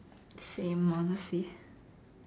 same one I see